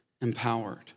empowered